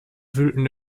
wühlten